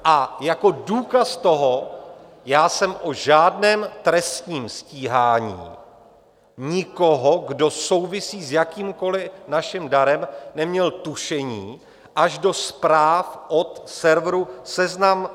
A jako důkaz toho, já jsem o žádném trestním stíhání nikoho, kdo souvisí s jakýmkoli naším darem, neměl tušení až do zpráv od serveru seznam.cz.